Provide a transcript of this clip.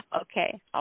Okay